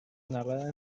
narrada